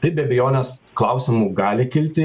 taip be abejonės klausimų gali kilti